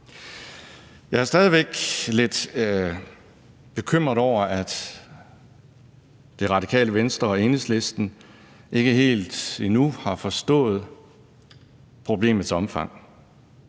Jeg er stadig væk lidt bekymret over, at Det Radikale Venstre og Enhedslisten ikke helt endnu har forstået problemets omfang.